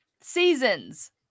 Seasons